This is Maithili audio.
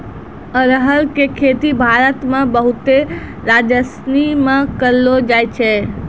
अरहर के खेती भारत मे बहुते राज्यसनी मे करलो जाय छै